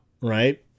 right